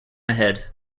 ahead